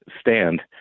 stand